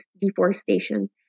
deforestation